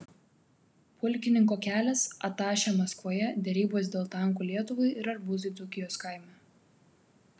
pulkininko kelias atašė maskvoje derybos dėl tankų lietuvai ir arbūzai dzūkijos kaime